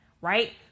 right